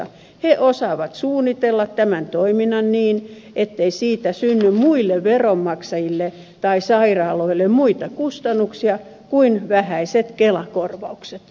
he osaavat suunnitella tämän toiminnan niin ettei siitä synny muille veronmaksajille tai sairaaloille muita kustannuksia kuin vähäiset kelakorvaukset